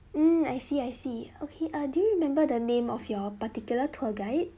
mm I see I see okay uh do you remember the name of your particular tour guide